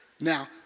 Now